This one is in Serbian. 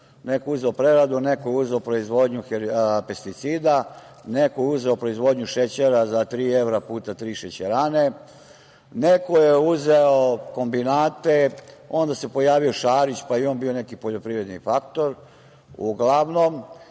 neko je uzeo preradu, neko uzeo proizvodnju pesticida, neko uzeo proizvodnju šećera, za tri evra puta tri šećerane. Neko je uzeo kombinate, onda se pojavio Šarić, pa je i on bio neki poljoprivredni faktor, uglavnom